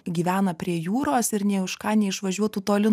gyvena prie jūros ir nė už ką neišvažiuotų toli